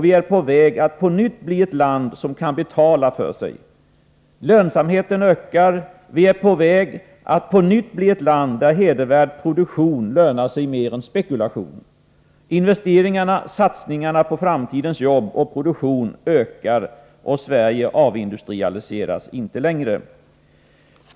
Vi är på väg att på nytt bli ett land som kan betala för sig. Lönsamheten ökar. Vi är på väg att på nytt bli ett land där hedervärd produktion lönar sig mer än spekulation. Investeringarna, satsningarna på framtidens jobb och produktion ökar. Sverige avindustrialiseras inte längre.